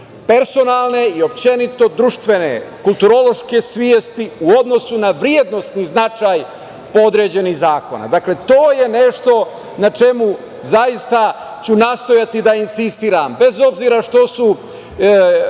personalne i općenito društvene, kulturološke svesti u odnosu na vrednosni značaj određenih zakona. Dakle, to je nešto na čemu zaista ću nastojati da insistiram, bez obzira što